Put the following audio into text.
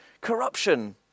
Corruption